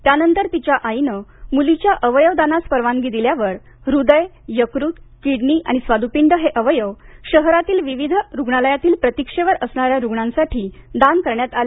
त्यानंतर तिच्या आईनं मूलीच्या अवयवदानास परवानगी दिल्यावर हृदय यकृत किडनी आणि स्वाद्पिंड हे अवयव शहरातील विविध रुग्णालयांतील प्रतीक्षेवर असणार्या रुग्णांसाठी दान करण्यात आले